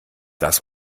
das